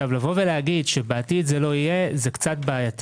לומר שבעתיד זה לא יהיה זה בעייתי.